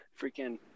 freaking